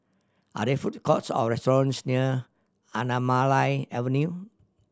are there food courts or restaurants near Anamalai Avenue